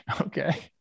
Okay